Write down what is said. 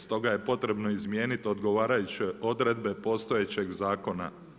Stoga je potrebno izmijeniti odgovarajuće odredbe postojećeg zakona.